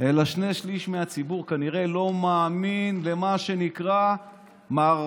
אלא ששני שלישים מהציבור כנראה לא מאמין למה שנקרא מערכות